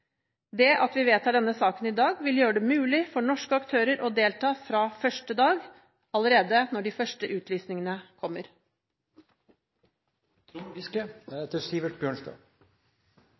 Det at vi vedtar denne saken i dag, vil gjøre det er mulig for norske aktører å delta fra første dag, allerede når de første utlysningene kommer.